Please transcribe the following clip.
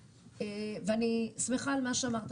ואני שמחה על מה שאמרת,